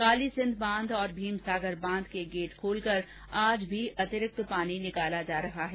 कालीसिंध बांध और भीमसागर बांध के गेट खोलकर आज भी अतिरिक्त पानी निकाला जा रहा है